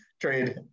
trade